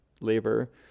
labor